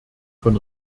von